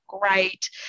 great